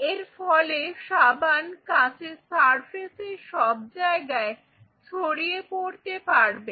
এর ফলে সাবান কাঁচের সারফেসের সব জায়গায় ছড়িয়ে পড়তে পারবে